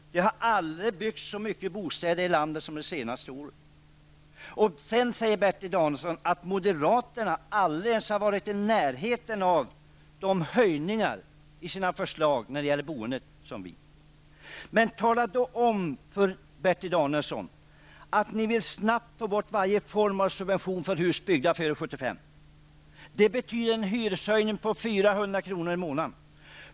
Det har aldrig byggts så mycket bostäder i landet som under det senaste året. Sedan säger Bertil Danielsson att moderaterna i sina förslag när det gäller boendet aldrig ens varit i närheten av de höjningar som vi socialdemokrater föreslår. Men tala då om, Bertil Danielsson, att ni snabbt vill få bort varje form av subvention för hus byggda före 1975. Det betyder en hyreshöjning på 400 kr. i månaden.